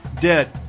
dead